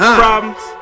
problems